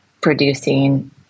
producing